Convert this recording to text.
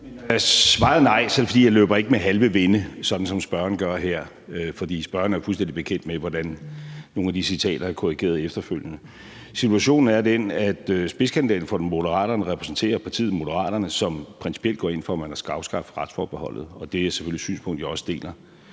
jeg svarer nej, er det, fordi jeg ikke løber med halve vinde, som spørgeren gør her, for spørgeren er fuldstændig bekendt med, hvordan nogle af de citater er blevet korrigeret efterfølgende. Situationen er den, at spidskandidaten fra Moderaterne repræsenterer partiet Moderaterne, som principielt går ind for, at man skal afskaffe retsforbeholdet, og det er selvfølgelig et synspunkt, jeg også deler.